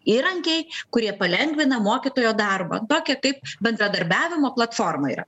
įrankiai kurie palengvina mokytojo darbą tokia taip bendradarbiavimo platforma yra